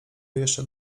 jeszcze